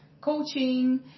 coaching